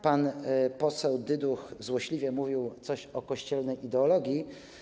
Pan poseł Dyduch złośliwie mówił coś o kościelnej ideologii.